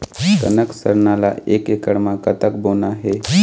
कनक सरना ला एक एकड़ म कतक बोना हे?